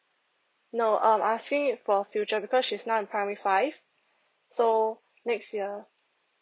no um asking it for future because she's now in primary five so next year